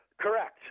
Correct